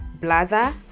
bladder